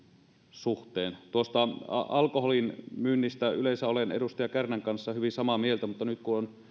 suhteen tuosta alkoholin myynnistä yleensä olen edustaja kärnän kanssa hyvin samaa mieltä mutta nyt kun on